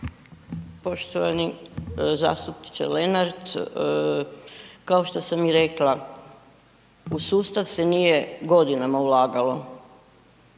Poštovani zastupniče Lenart. Kao što sam i rekla, u sustav se nije godinama ulagalo